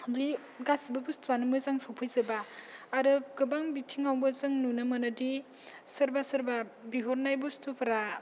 गासिबो बुसथुवानो मोजां सफैजोबा आरो गोबां बिथिङावबो जों नुनो मोनोदि सोरबा सोरबा बिहरनाय बुसथुफोरा